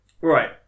right